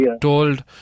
told